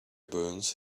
burns